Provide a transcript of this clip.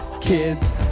kids